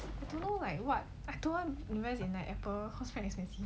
I don't know like what don't want invest in like apple cause quite expensive